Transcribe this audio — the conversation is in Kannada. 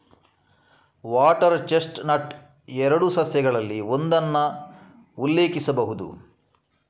ವಾಟರ್ ಚೆಸ್ಟ್ ನಟ್ ಎರಡು ಸಸ್ಯಗಳಲ್ಲಿ ಒಂದನ್ನು ಉಲ್ಲೇಖಿಸಬಹುದು